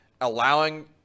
allowing